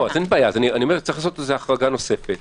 אין בעיה ולכן אני אומר שצריך לעשות לזה החרגה נוספת.